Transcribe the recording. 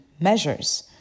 measures